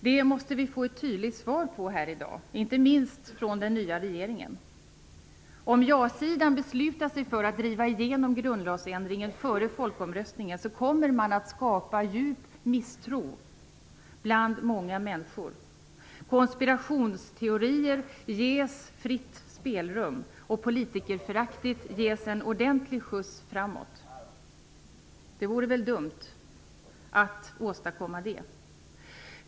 Det måste vi få ett tydligt svar på här i dag, inte minst från den nya regeringen. Om ja-sidan beslutar sig för att driva igenom grundlagsändringen före folkomröstningen, kommer man att skapa djup misstro bland många människor. Konspirationsteorier ges fritt spelrum, och politikerföraktet ges en ordentlig skjuts framåt. Det vore väl dumt att åstadkomma det.